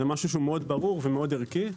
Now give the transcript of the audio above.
זה משהו שהוא מאוד ברור ומאוד ערכי,